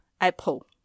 Apple